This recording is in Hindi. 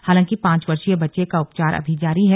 हालांकि पांच वर्षीय बच्चे का उपचार जारी है